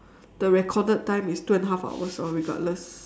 the recorded time is two and a half hours or regardless